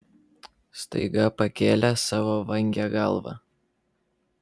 staiga pakėlė savo vangią galvą